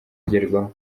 bigerwaho